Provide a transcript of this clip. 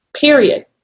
period